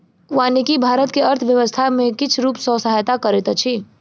वानिकी भारत के अर्थव्यवस्था के किछ रूप सॅ सहायता करैत अछि